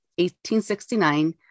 1869